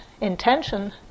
intention